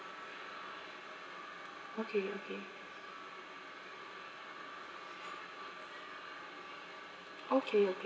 okay okay okay okay